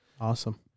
Awesome